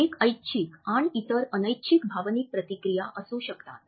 एक ऐच्छिक आणि इतर अनैच्छिक भावनिक प्रतिक्रिया असू शकतात